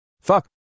Fuck